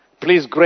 Please